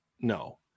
no